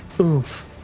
Oof